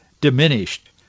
diminished